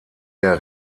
der